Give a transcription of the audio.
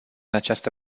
această